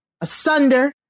asunder